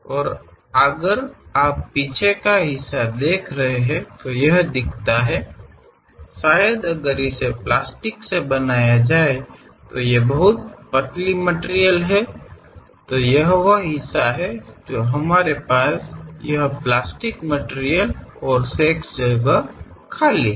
और अगर आप पीछे का हिस्सा देख रहे हैं तो यह दिखता है शायद अगर इसे प्लास्टिक से बनाया जाए तो यह बहुत पतली मटिरियल है तो यह वह हिस्सा है जहां हमारे पास यह प्लास्टिक मटिरियल है और शेष जगह खाली है